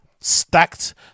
Stacked